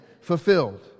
fulfilled